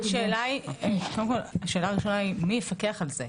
השאלה הראשונה היא מי יפקח על זה.